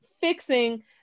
fixing